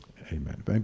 Amen